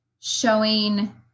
showing